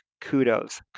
kudos